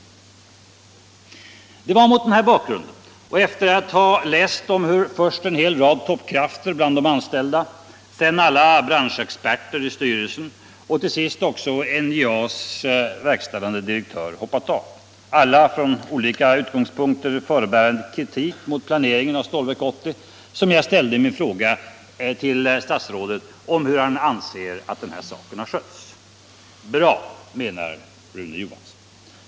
Det var mot den bakgrunden, och efter att ha läst om hur först en hel rad toppkrafter bland de anställda, sedan alla branschexperter i styrelsen och till sist också NJA:s verkställande direktör hoppat av, alla från olika utgångspunkter förebärande kritik mot planeringen av Stålverk 80, som jag ställde min fråga till statsrådet om hur han anser att den här saken skötts. ”Bra”, menar Rune Johansson.